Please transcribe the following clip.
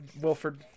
Wilford